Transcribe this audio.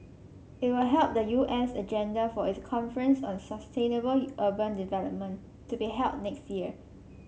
it will help the U S agenda for its conference on sustainable urban development to be held next year